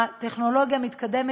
הטכנולוגיה מתקדמת,